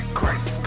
Christ